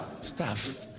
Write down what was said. Staff